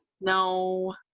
No